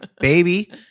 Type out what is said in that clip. Baby